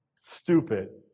stupid